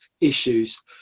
issues